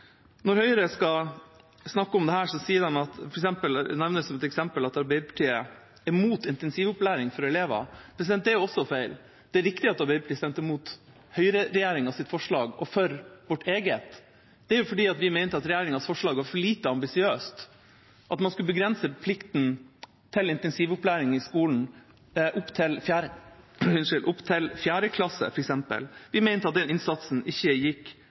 Når Høyre skal snakke om dette, nevner de som et eksempel at Arbeiderpartiet er imot intensivopplæring for elever. Det er også feil. Det er riktig at Arbeiderpartiet stemte mot høyreregjeringas forslag og for vårt eget. Det var fordi vi mente at regjeringas forslag var for lite ambisiøst, at man skulle begrense plikten til intensivopplæring i skolen opp til 4. klasse, f.eks. Vi mente at den innsatsen ikke gikk